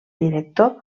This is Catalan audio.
director